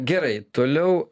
gerai toliau